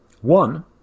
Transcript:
One